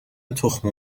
تخم